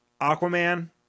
Aquaman